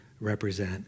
represent